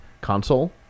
console